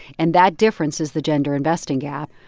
and that difference is the gender investing gap.